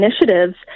initiatives